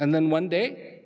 and then one day